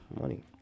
money